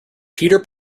peter